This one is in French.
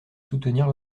soutenir